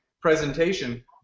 presentation